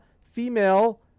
female